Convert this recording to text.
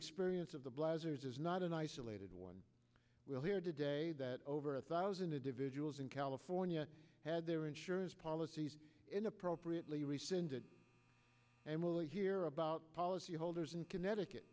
experience of the blasters is not an isolated one we'll hear today that over a thousand a division was in california had their insurance policies inappropriately rescinded and we'll hear about policyholders in connecticut